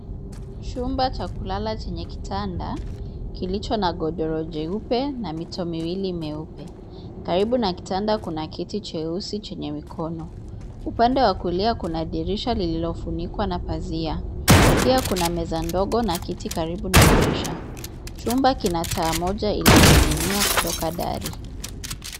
Chumba cha kulala chenye kitanda kilicho na godoro jeupe na mito miwili mweupe, kaibu na kitanda kuna kiti cheusi chenye mikono, upande wa kulia kuna dirisha lilofunikuwa na pazia, pia kuna meza ndogo na kiti karibu na dirisha, chumba kina taa moja ilioninginia kutoka dari.